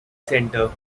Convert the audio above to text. centre